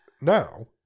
now